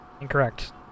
incorrect